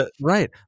Right